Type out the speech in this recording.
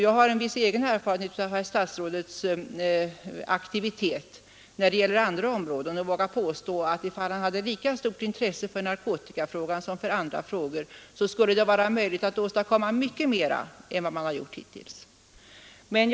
Jag har en viss egen erfarenhet av herr statsrådets aktivitet när det gäller andra områden, och jag vågar därför påstå, att ifall herr statsrådet hade lika stort intresse för narkotikafrågan som för andra frågor, skulle det vara möjligt att åstadkomma mycket mera än vad som hittills gjorts.